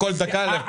בבקשה.